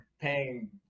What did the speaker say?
Paying